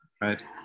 right